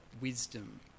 wisdom